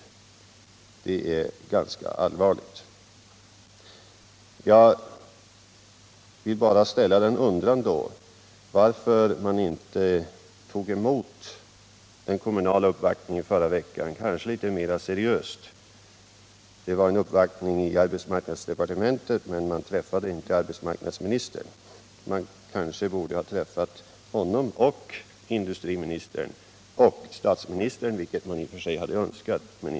problemen i Det är ganska allvarligt, och det ger mig anledning att undra varför Västerbottens regeringen inte tog emot den kommunala uppvaktningen i arbetsmark = inland nadsdepartementet förra veckan litet mera seriöst. Uppvaktningen fick inte träffa arbetsmarknadsministern. Kommunalmännen borde kanske ha fått tillfälle att träffa både honom och industriministern liksom även statsministern, vilket man i och för sig hade önskat.